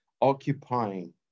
occupying